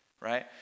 right